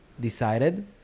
decided